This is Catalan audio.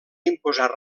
imposar